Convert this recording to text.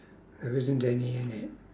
there isn't any in it